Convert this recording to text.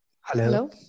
Hello